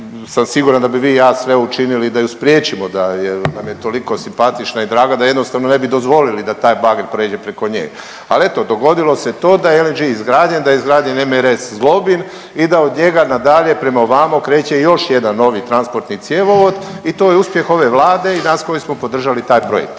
sam siguran da bi vi i ja sve učinili da ju spriječimo da jel nam je toliko simpatična i draga da jednostavno ne bi dozvolili da taj bager pređe preko nje. Ali eto dogodilo se to da je LNG izgrađen, da je izgrađen RMS Zlobin i da od njega na dalje prema ovamo kreće još jedan novi transportni cjevovod i to je uspjeh ove Vlade i nas koji smo podržali taj projekt.